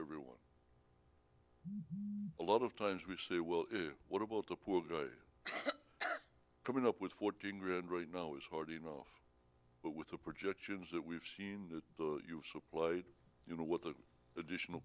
everyone a lot of times we say well what about the poor coming up with fourteen grand right now is hard enough with the projections that we've seen played you know what the additional